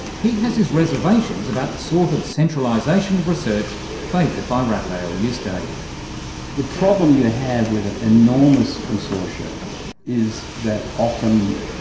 he has his reservations about the sort of centralisation of research favoured by rafael yuste. the problem you have with an enormous consortia is that often,